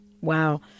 Wow